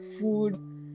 food